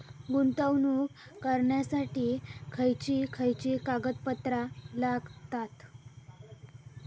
गुंतवणूक करण्यासाठी खयची खयची कागदपत्रा लागतात?